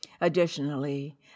Additionally